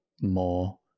more